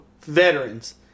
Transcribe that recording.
veterans